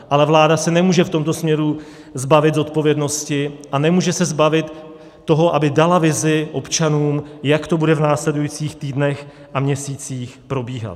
Ale vláda se nemůže v tomto směru zbavit zodpovědnosti a nemůže se zbavit toho, aby dala vizi občanům, jak to bude v následujících týdnech a měsících probíhat.